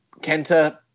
Kenta